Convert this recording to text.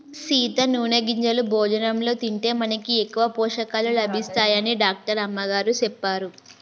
సీత నూనె గింజలు భోజనంలో తింటే మనకి ఎక్కువ పోషకాలు లభిస్తాయని డాక్టర్ అమ్మగారు సెప్పారు